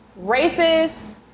racist